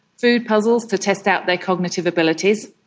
food puzzles to test out their cognitive abilities.